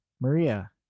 Maria